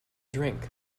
drink